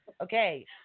Okay